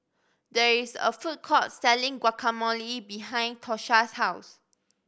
there is a food court selling Guacamole behind Tosha's house